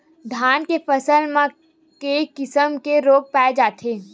धान के फसल म के किसम के रोग पाय जाथे?